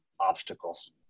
obstacles